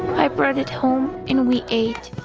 i brought it home, and we ate.